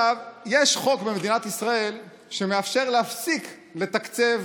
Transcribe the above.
יש חוק במדינת ישראל שמאפשר להפסיק לתקצב